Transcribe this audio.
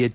H